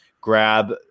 grab